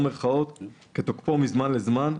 כתוקפו מזמן לזמן,